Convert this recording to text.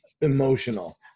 emotional